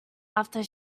after